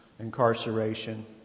incarceration